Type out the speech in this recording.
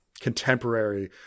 contemporary